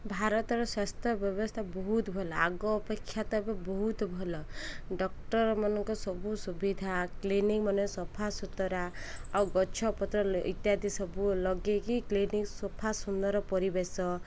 ଭାରତର ସ୍ୱାସ୍ଥ୍ୟ ବ୍ୟବସ୍ଥା ବହୁତ ଭଲ ଆଗ ଅପେକ୍ଷା ତ ଏବେ ବହୁତ ଭଲ ଡକ୍ଟରମାନଙ୍କ ସବୁ ସୁବିଧା କ୍ଲିନିକ୍ ମନେ ସଫା ସୁତରା ଆଉ ଗଛପତ୍ର ଇତ୍ୟାଦି ସବୁ ଲଗେଇକି କ୍ଲିନିକ ସଫା ସୁନ୍ଦର ପରିବେଶ